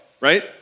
Right